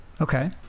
Okay